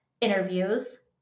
interviews